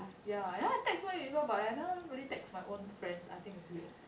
ya and then I text so many people but then like I never really text my own friends I think it's weird